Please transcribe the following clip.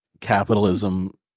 capitalism